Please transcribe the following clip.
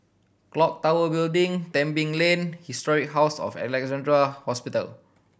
Clock Tower Building Tebing Lane Historic House of Alexandra Hospital